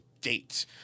date